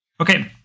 Okay